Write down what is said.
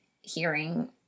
hearing